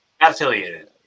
affiliated